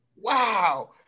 Wow